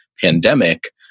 pandemic